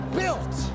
built